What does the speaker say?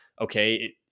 okay